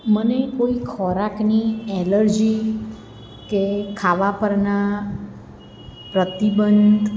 મને કોઈ ખોરાકની એલર્જી કે ખાવા પરના પ્રતિબંધ